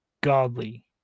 godly